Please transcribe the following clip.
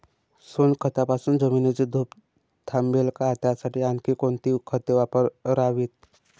सोनखतापासून जमिनीची धूप थांबेल का? त्यासाठी आणखी कोणती खते वापरावीत?